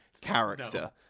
character